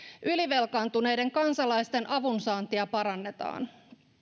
ylivelkaantuneiden kansalaisten avunsaantia parannetaan